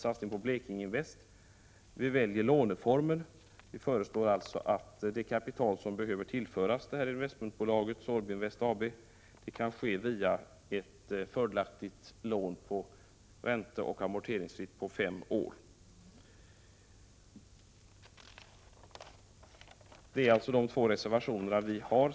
Vi föreslår alltså att det kapital som behöver tillföras Sorbinvest AB kan ges i form av ett ränteoch amorteringsfritt lån på fem år. Detta är de två reservationer vi har.